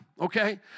Okay